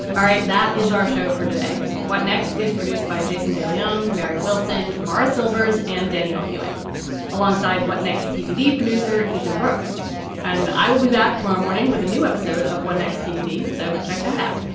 all right. that is our show for today. what next is produced by jason de leon. mary wilson, martha silvers and danielle hewitt alongside what next. tbd producer ethan brooks and i will be back tomorrow morning with a new episode of one next tbd. so check that out.